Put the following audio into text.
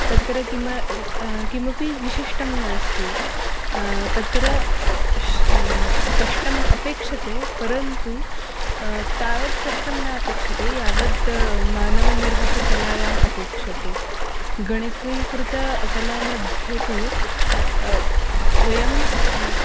तत्र किं किमपि विशिष्टं नास्ति तत्र कष्टम् अपेक्ष्यते परन्तु तावत् कष्टं न अपेक्ष्यते यावत् मानवनिर्मितकलायाम् अपेक्ष्यते गणकीकृतकलामध्ये तु वयं